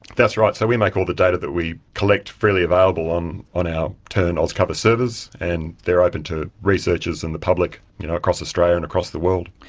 that's right, so we make all the data that we collect freely available on on our tern auscover servers and they are open to researchers and the public you know across australia and across the world.